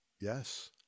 Yes